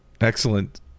excellent